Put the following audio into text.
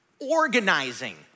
organizing